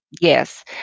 Yes